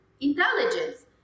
intelligence